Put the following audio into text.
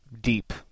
deep